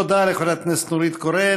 תודה לחברת הכנסת נורית קורן.